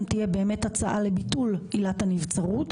תהיה באמת הצעה לביטול עילת הנבצרות,